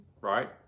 right